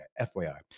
FYI